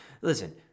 Listen